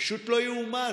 פשוט לא יאומן.